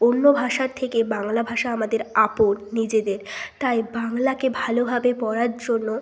অন্য ভাষার থেকে বাংলা ভাষা আমাদের আপন নিজেদের তাই বাংলাকে ভালোভাবে বলার জন্য